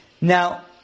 Now